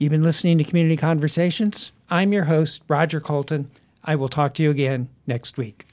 even listening to community conversations i'm your host roger colton i will talk to you again next week